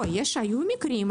היו הרבה מקרים.